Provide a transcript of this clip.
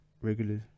regularly